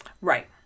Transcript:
Right